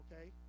okay